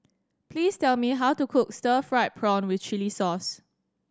please tell me how to cook stir fried prawn with chili sauce